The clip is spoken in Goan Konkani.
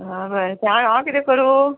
आं बरें तें हांव हांव कितें करूं